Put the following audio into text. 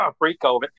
pre-COVID